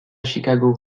chicago